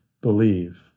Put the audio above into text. believe